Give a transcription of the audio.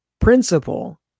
principle